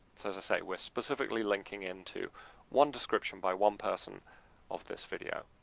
as i say, we're specifically linking into one description by one person of this video.